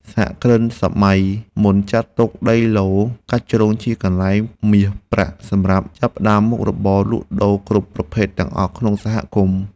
សហគ្រិនសម័យមុនចាត់ទុកដីឡូតិ៍កាច់ជ្រុងជាកន្លែងមាសប្រាក់សម្រាប់ចាប់ផ្ដើមមុខរបរលក់ដូរគ្រប់ប្រភេទទាំងអស់ក្នុងសហគមន៍។